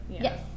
yes